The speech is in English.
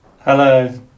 hello